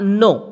no